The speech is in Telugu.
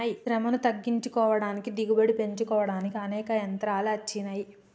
శ్రమను తగ్గించుకోడానికి దిగుబడి పెంచుకోడానికి అనేక యంత్రాలు అచ్చినాయి